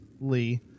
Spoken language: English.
Lee